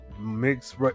mixed